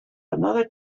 another